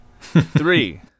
three